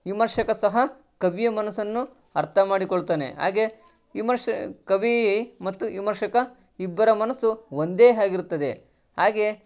ವಿಮರ್ಶಕ ಸಹ ಕವಿಯ ಮನಸ್ಸನ್ನು ಅರ್ಥ ಮಾಡಿಕೊಳ್ತಾನೆ ಹಾಗೇ ವಿಮರ್ಶೆ ಕವಿ ಮತ್ತು ವಿಮರ್ಶಕ ಇಬ್ಬರ ಮನಸ್ಸು ಒಂದೇ ಆಗಿರುತ್ತದೆ ಹಾಗೇ